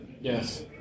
Yes